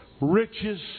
riches